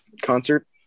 concert